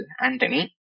Anthony